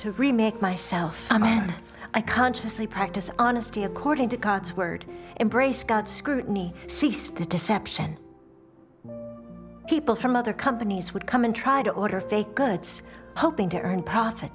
to remake myself a man i consciously practice honesty according to god's word embrace god scrutiny ceased the deception people from other companies would come and try to order fake goods hoping to earn p